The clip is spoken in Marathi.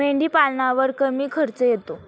मेंढीपालनावर कमी खर्च येतो